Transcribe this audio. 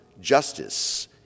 justice